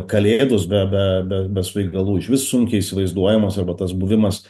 kalėdos be be be svaigalų išvis sunkiai įsivaizduojamos arba tas buvimas